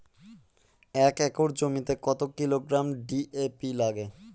এক একর জমিতে কত কিলোগ্রাম ডি.এ.পি লাগে?